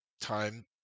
time